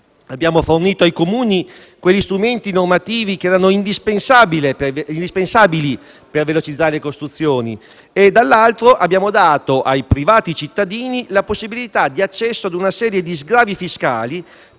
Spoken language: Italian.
abbiamo fornito ai Comuni quegli strumenti normativi che erano indispensabili per velocizzare le costruzioni, mentre dall'altra abbiamo dato ai privati cittadini la possibilità di accesso a una serie di sgravi fiscali,